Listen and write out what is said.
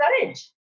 courage